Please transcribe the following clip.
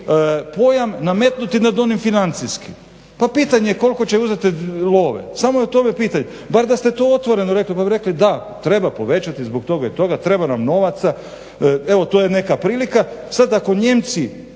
pojam nametnuti nad onim financijskim. Pa pitanje je koliko će uzeti love, samo je u tome pitanje. Bar da ste to otvoreno rekli pa bi rekli da, treba povećati zbog toga i toga, treba nam novaca evo to je neka prilika. Sada ako Nijemci